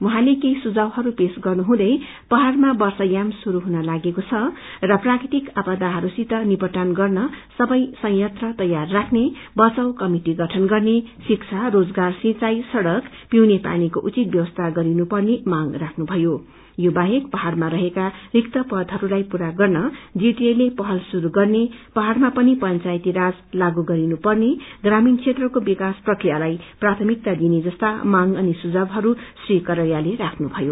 उाहाँले केडी सुझावहरू पेश गर्नुहुँदै पढाइमा वर्षा याम श्रुरू हुन लागेको छ र प्राकृतिक आपदाहस्सित निपदान गर्न सबै संय तैयार राख्ने बचाव कमिटि गठन गर्ने शिक्षा रोजगार सिंचाई सड़क भिउने पानीको उचित व्यवस्था गरिनु पर्ने मांग राख्नु थयो यो बाहेक पहाड़मा रहेका रिक्त पदहरूलाई पूरा गर्न जीटीए ले पहल शुरू गर्ने पहाड़मा पनि पंचायती राज लागू गरिनु पर्ने ग्रमीण क्षेत्रको विकास प्रक्रियालाई प्राथमिकता दिने जस्ता मांग अनि सुझावहरू श्री कंडरिशले राख्नु भयो